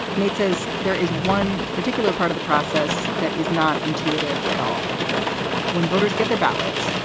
nate says there is one particular part of the process that is not intuitive at all when voters get their ballots.